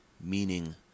meaning